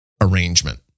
arrangement